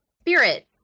Spirit